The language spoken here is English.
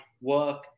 work